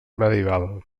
medieval